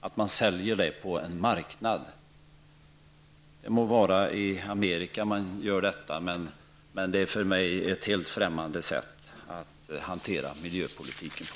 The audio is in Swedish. Det må vara att man gör så i Amerika, men för mig är det ett helt främmande sätt att hantera miljöpolitiken på.